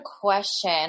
question